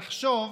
תחשוב,